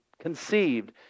conceived